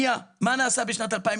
מה נעשה בשנת 2021?